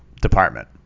department